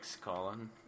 Colin